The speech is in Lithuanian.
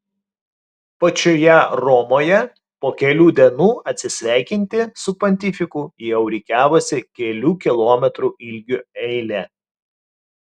pačioje romoje po kelių dienų atsisveikinti su pontifiku jau rikiavosi kelių kilometrų ilgio eilė